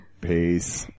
peace